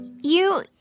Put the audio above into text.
You